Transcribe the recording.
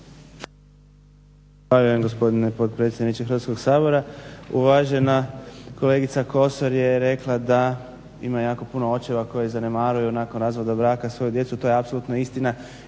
Zahvaljujem gospodine potpredsjedniče Hrvatskog sabora. Uvažena kolegica Kosor je rekla da ima jako puno očeva koji zanemaruju nakon razvoda braka svoju djecu, to je apsolutno istina